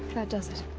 that does it.